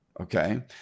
Okay